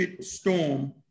storm